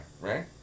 right